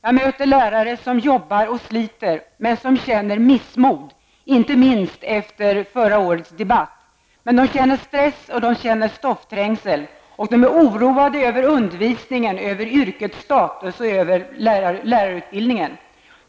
Jag möter lärare som jobbar och sliter men som känner missmod, inte minst efter förra årets debatt. De känner också stress och stoffträngsel, och de är oroade över undervisningen, över yrkets status och över lärarutbildningen.